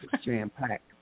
jam-packed